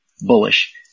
bullish